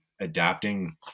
adapting